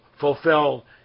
fulfill